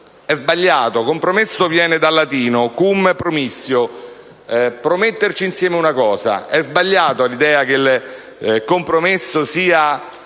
è sbagliato, perché compromesso viene dal latino *cum promissio*, prometterci insieme una cosa. È sbagliata l'idea che compromesso sia